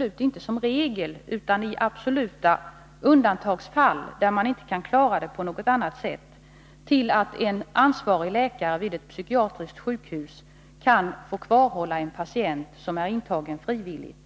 dock inte som regel utan i absoluta undantagsfall, när man inte kan klara det på något annat sätt — för en ansvarig läkare vid ett psykiatriskt sjukhus att kvarhålla en patient som är intagen frivilligt.